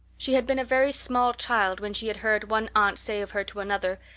she had been a very small child when she had heard one aunt say of her to another,